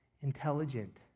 intelligent